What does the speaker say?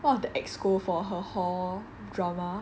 one of the executive committee for her hall drama